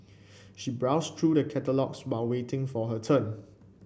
she browsed through the catalogues while waiting for her turn